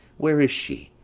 where is she?